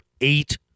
eight